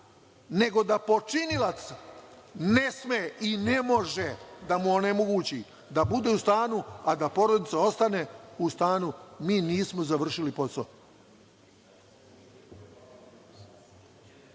nego da počinilac ne sme i ne može da mu onemogući da bude u stanu, a da porodica ostane u stanu, mi nismo završili posao. Ovde